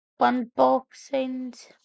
unboxings